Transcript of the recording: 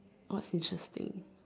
what's interesting